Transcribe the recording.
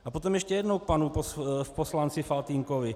A potom ještě jednou k panu poslanci Faltýnkovi.